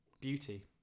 beauty